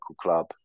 club